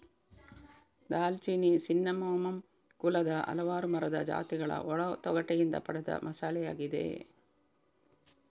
ದಾಲ್ಚಿನ್ನಿ ಸಿನ್ನಮೋಮಮ್ ಕುಲದ ಹಲವಾರು ಮರದ ಜಾತಿಗಳ ಒಳ ತೊಗಟೆಯಿಂದ ಪಡೆದ ಮಸಾಲೆಯಾಗಿದೆ